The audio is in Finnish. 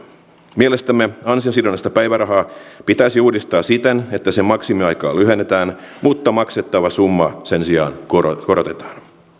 mielestämme ansiosidonnaista päivärahaa pitäisi uudistaa siten että sen maksimiaikaa lyhennetään mutta maksettavaa summaa sen sijaan korotetaan korotetaan